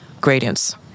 gradients